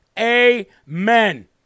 Amen